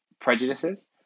prejudices